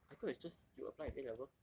I thought it's just you apply with A level